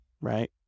right